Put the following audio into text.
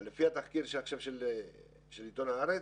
לפי התחקיר של עיתון "הארץ",